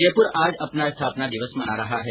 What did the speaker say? जयपुर आज अपना स्थापना दिवस मना रहा है